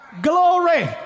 Glory